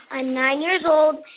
i'm nine years old.